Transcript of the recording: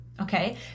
Okay